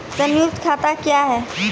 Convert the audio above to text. संयुक्त खाता क्या हैं?